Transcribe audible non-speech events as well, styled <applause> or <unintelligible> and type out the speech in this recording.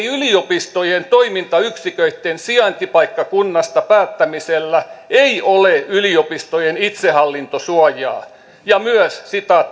<unintelligible> yliopistojen toimintayksiköitten sijaintipaikkakunnasta päättämisellä ei ole yliopistojen itsehallintosuojaa ja myös